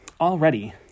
Already